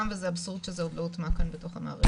וזה אבסורד שזה עדיין לא הוטמע כאן במערכת.